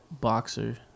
boxer